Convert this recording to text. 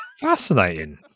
Fascinating